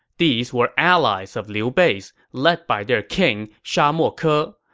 these were allies of liu bei's, led by their king sha mo ah ke, ah